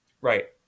Right